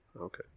Okay